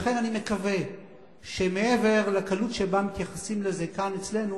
לכן אני מקווה שמעבר לקלות שבה מתייחסים לזה כאן אצלנו,